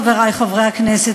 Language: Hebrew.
חברי חברי הכנסת,